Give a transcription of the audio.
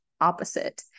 opposite